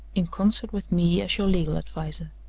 in concert with me, as your legal adviser.